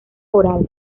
oral